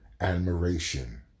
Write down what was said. admiration